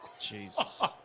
Jesus